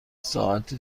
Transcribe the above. ساعت